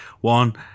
One